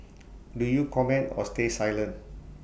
do you comment or stay silent